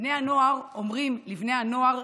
בני הנוער אומרים לבני הנוער: